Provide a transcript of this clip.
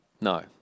No